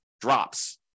drops